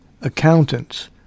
accountants